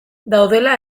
daudela